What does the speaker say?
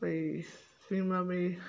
भाई बीमा में